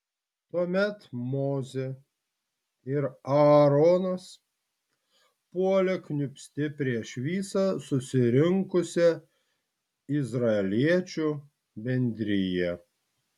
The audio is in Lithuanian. tuomet mozė ir aaronas puolė kniūbsti prieš visą susirinkusią izraeliečių bendriją